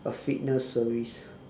a fitness service